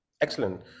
Excellent